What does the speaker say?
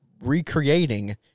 recreating